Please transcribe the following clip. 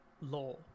law